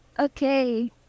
Okay